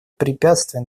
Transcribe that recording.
препятствия